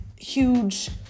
huge